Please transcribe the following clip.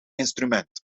instrument